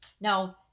Now